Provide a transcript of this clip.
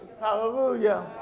Hallelujah